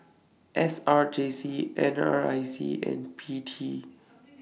S R J C N R I C and P T